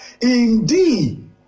Indeed